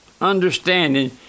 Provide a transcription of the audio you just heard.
understanding